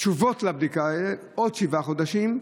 תשובות על בדיקה, עוד שבעה חודשים,